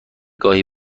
گاهی